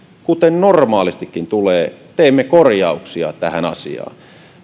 kuten normaalistikin teemme korjauksia tähän asiaan